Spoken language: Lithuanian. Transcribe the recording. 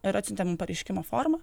ir atsiuntė mum pareiškimo formą